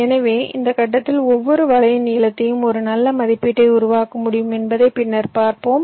எனவே இந்த கட்டத்தில் ஒவ்வொரு வலையின் நீளத்தையும் ஒரு நல்ல மதிப்பீட்டை உருவாக்க முடியும் என்பதை பின்னர் பார்ப்போம்